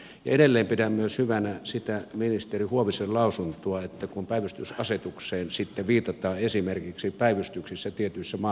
ja edelleen pidän hyvänä myös ministeri huovisen lausuntoa kun päivystysasetukseen viitataan esimerkiksi päivystykseen tietyissä maakunnissa